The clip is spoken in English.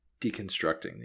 deconstructing